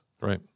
right